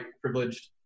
privileged